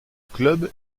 club